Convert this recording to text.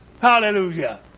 Hallelujah